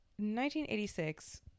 1986